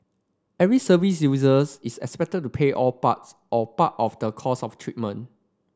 every service users is expected to pay all parts or part of the cost of treatment